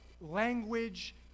language